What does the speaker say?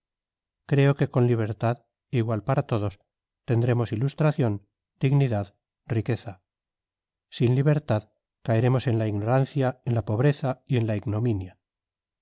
creo que con libertad igual para todos tendremos ilustración dignidad riqueza sin libertad caeremos en la ignorancia en la pobreza y en la ignominia